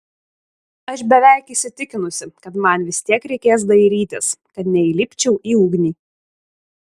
aš beveik įsitikinusi kad man vis tiek reikės dairytis kad neįlipčiau į ugnį